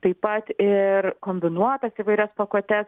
taip pat ir kombinuotas įvairias pakuotes